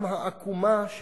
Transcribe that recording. גם העקומה,